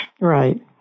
Right